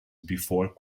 before